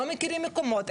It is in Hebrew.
לא מכירים מקומות,